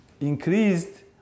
increased